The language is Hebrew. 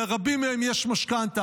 לרבים מהם יש משכנתה.